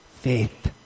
faith